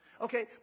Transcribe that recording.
Okay